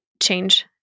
change